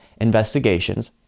investigations